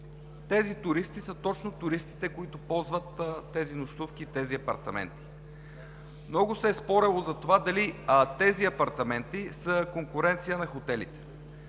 Тези туристи са точно туристите, които ползват нощувките и апартаментите. Много се е спорило за това дали тези апартаменти са конкуренция на хотелите.